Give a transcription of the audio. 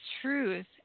truth